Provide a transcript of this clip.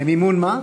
למימון מה?